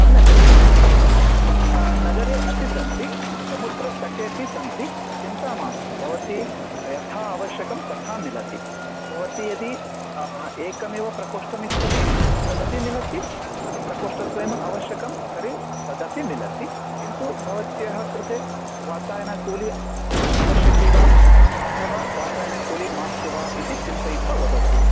सम्यक् भगिनी उत्तमं नगरे अपि सन्ति समुद्रतटे अपि सन्ति चिन्ता मास्तु भवती यथा आवश्यकं तथा मिलति भवती यदि एकमेव प्रकोष्ठं इच्छति तदपि मिलति यदि प्रकोष्ठद्वयम् आवश्यकं तर्हि तदपि मिलति किन्तु भवत्याः कृते वातायनाकूली आवश्यकी वा अथवा वातयनाकूली मास्तु वा इति चिन्तयित्वा वदतु